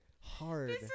hard